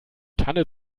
tanne